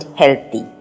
healthy